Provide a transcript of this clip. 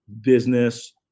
business